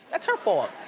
that's her fault.